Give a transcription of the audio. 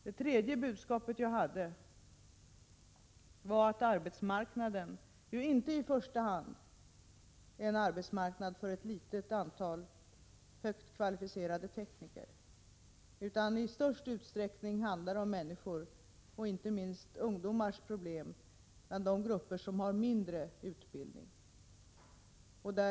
Det tredje budskapet jag hade var att arbetsmarknaden inte i första hand är en arbetsmarknad för ett litet antal högt kvalificerade tekniker utan i större utsträckning omfattar de människor, inte minst ungdomar, som har lägre utbildning.